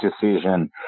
decision